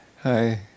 Hi